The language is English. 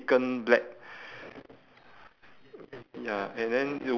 outline is black dark it's quite like a like a bold